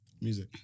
Music